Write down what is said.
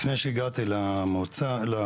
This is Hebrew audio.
לפני שהגעתי לכנסת,